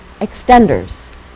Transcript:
extenders